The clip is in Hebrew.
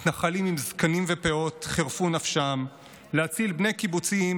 מתנחלים עם זקנים ופאות חירפו נפשם להציל בני קיבוצים,